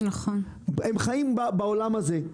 הם חיים בעולם הזה.